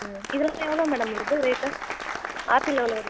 ம் இதெல்லாம் எவ்வளோ மேடம் வருது ரேட்டு ஆப்பிள் எவ்வளோ வருது